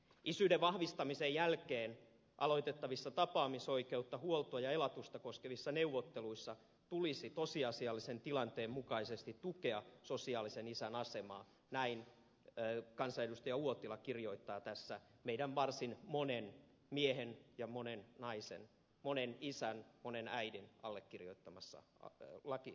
isyyden vahvistamisen jälkeen aloitettavissa tapaamisoikeutta huoltoa ja elatusta koskevissa neuvotteluissa tulee tosiasiallisen tilanteen mukaisesti tukea sosiaalisen isän asemaa näin kansanedustaja uotila kirjoittaa tässä meistä varsin monen monen miehen ja monen naisen monen isän monen äidin allekirjoittamassa lakialoitteessa